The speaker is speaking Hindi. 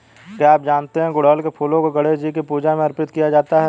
क्या आप जानते है गुड़हल के फूलों को गणेशजी की पूजा में अर्पित किया जाता है?